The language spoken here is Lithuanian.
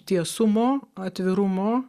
tiesumo atvirumo